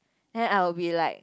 then I would be like